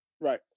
Right